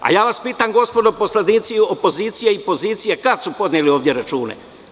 Pitam vas, gospodo poslanici opozicije i pozicije, kad su podneli ovde račune?